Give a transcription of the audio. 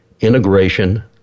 integration